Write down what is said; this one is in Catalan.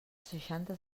seixanta